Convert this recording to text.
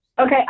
Okay